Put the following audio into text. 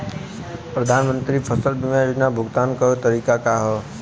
प्रधानमंत्री फसल बीमा योजना क भुगतान क तरीकाका ह?